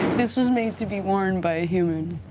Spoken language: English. this was made to be worn by a human.